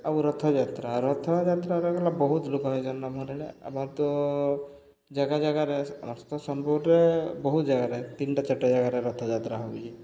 ଆଉ ରଥଯାତ୍ରା ରଥଯାତ୍ରାରେ ଗଲା ବହୁତ ଲୋକ ହେଇଛେ ନ ଭରିଲେ ଆମର୍ ତ ଜାଗା ଜାଗାରେ ସମସ୍ତ ସୋନପୁରରେ ବହୁତ ଜାଗାରେ ତିନିଟା ଚାରିଟା ଜାଗାରେ ରଥଯାତ୍ରା ହେଉଛି